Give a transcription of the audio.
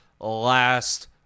last